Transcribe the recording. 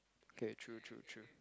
okay true true true